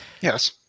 Yes